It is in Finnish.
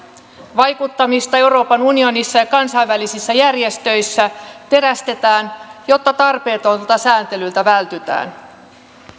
vaikuttamista euroopan unionissa ja kansainvälisissä järjestöissä terästetään jotta tarpeettomalta sääntelyltä vältytään